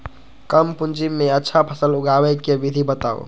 कम पूंजी में अच्छा फसल उगाबे के विधि बताउ?